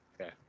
Okay